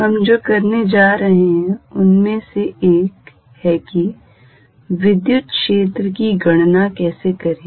हम जो कार्य करने जा रहे हैं उन में से एक है कि विद्युत क्षेत्र की गणना कैसे करें